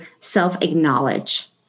self-acknowledge